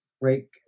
break